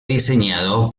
diseñado